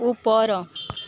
ଉପର